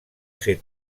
ser